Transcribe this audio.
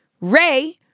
Ray